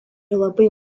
labai